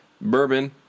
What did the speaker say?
Bourbon